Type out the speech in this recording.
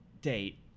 date